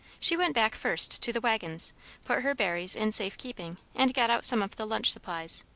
she went back first to the waggons put her berries in safe keeping, and got out some of the lunch supplies.